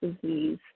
disease